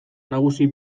nagusi